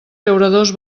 llauradors